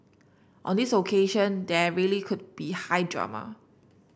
on this occasion there really could be high drama